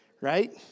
Right